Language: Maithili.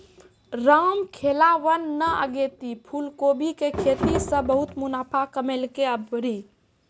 रामखेलावन न अगेती फूलकोबी के खेती सॅ बहुत मुनाफा कमैलकै आभरी